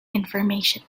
information